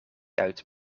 uit